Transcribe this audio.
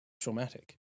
traumatic